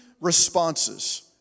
responses